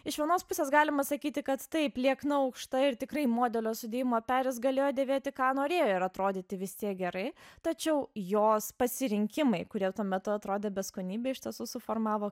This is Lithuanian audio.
iš vienos pusės galima sakyti kad taip liekna aukšta ir tikrai modelio sudėjimo peris galėjo dėvėti ką norėjo ir atrodyti vis tiek gerai tačiau jos pasirinkimai kurie tuo metu atrodė beskonybė iš tiesų suformavo